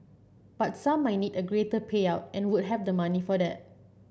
but some might need a greater payout and would have the money for that